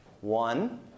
One